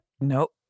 nope